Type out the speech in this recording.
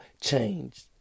changed